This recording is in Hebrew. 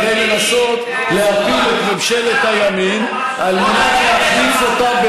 כדי לנסות להפיל את ממשלת הימין על מנת להחליף אותה,